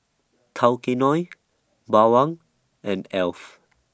Tao Kae Noi Bawang and Alf